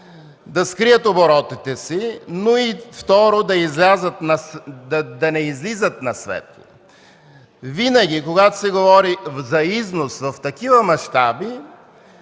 да скрият оборотите си, второ, да не излизат на светло. Винаги, когато се говори за износ в такива мащаби,